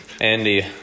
Andy